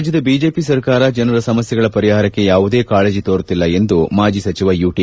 ರಾಜ್ಯದ ಬಿಜೆಪಿ ಸರ್ಕಾರ ಜನರ ಸಮಸ್ಕೆಗಳ ಪರಿಪಾರಕ್ಕೆ ಯಾವುದೇ ಕಾಳಜಿ ತೋರುತ್ತಿಲ್ಲ ಎಂದು ಮಾಜಿ ಸಚಿವ ಯುಟಿ